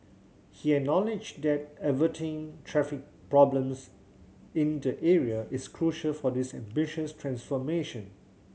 he acknowledged that averting traffic problems in the area is crucial for this ambitious transformation